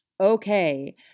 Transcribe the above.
Okay